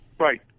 right